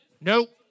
Nope